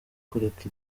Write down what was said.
kureka